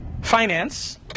finance